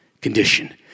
condition